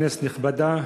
כנסת נכבדה,